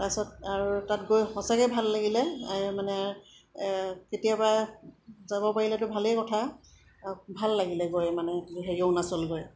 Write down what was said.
তাৰপিছত আৰু তাত গৈ সঁচাকৈ ভাল লাগিলে মানে কেতিয়াবা যাব পাৰিলেতো ভালেই কথা আৰু ভাল লাগিলে গৈ মানে হেৰি অৰুণাচল গৈ